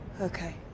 Okay